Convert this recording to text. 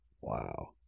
Wow